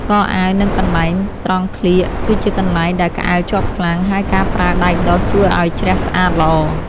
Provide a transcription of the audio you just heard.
កអាវ និងកន្លែងត្រង់ក្លៀក គឺជាកន្លែងដែលក្អែលជាប់ខ្លាំង ហើយការប្រើដៃដុសជួយឱ្យជ្រះស្អាតល្អ។